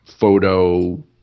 photo